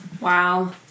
Wow